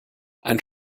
ein